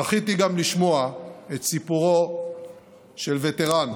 זכיתי גם לשמוע את סיפורו של וטרן,